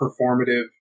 performative